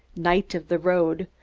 knight of the road,